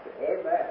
Amen